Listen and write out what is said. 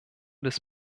des